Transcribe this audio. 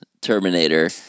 Terminator